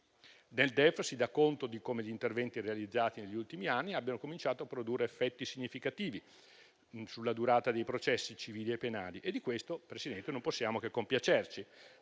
Nel DEF si dà conto di come gli interventi realizzati negli ultimi anni abbiano cominciato a produrre effetti significativi sulla durata dei processi civili e penali, e di questo, Presidente, non possiamo che compiacerci: